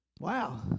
Wow